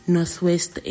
Northwest